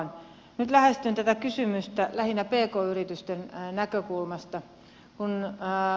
nyt lähestyn tätä kysymystä lähinnä pk yritysten näkökulmasta